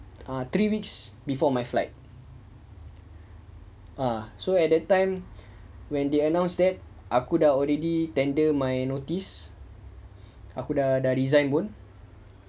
ah three weeks before my flight ah so at that time when they announced that aku dah already tender my notice aku dah resign pun